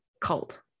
cult